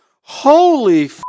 Holy